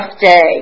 day